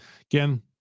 Again